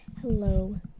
Hello